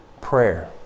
prayer